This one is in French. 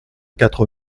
quatre